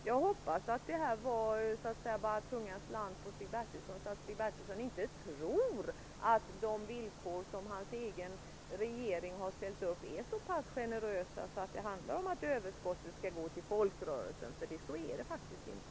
Jag hoppas att tungan slant på Stig Bertilsson, så att han inte tror att de villkor som hans egen regering har fastställt är så pass generösa att det handlar om att överskottet skall gå till folkrörelserna. Så är det faktiskt inte.